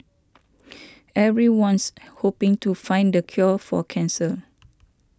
everyone's hoping to find the cure for cancer